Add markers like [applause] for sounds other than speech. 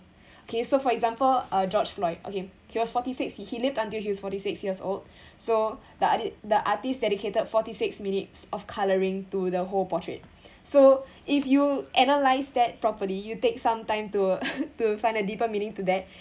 okay so for example uh george floyd okay he was forty six he lived until he was forty six years old [breath] so the art~ the artist dedicated forty six minutes of colouring to the whole portrait [breath] so if you analyse that properly you take some time to [laughs] to find a deeper meaning to that